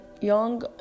young